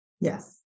Yes